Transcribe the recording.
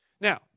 Now